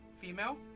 female